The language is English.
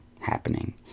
happening